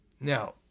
Now